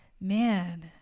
man